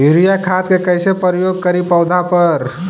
Urea खाद के कैसे प्रयोग करि पौधा पर?